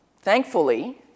thankfully